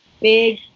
big